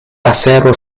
pasero